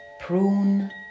prune